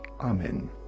Amen